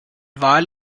wal